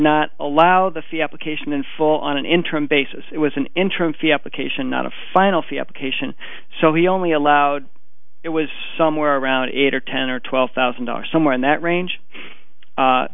not allow the fee application in full on an interim basis it was an interim fee up acacia not a final fee application so he only allowed it was somewhere around eight or ten or twelve thousand dollars somewhere in that range